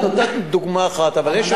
את נתת דוגמה אחת, אבל יש,